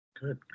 good